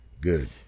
good